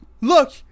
Look